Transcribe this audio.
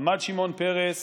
עמד שמעון פרס